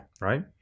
Right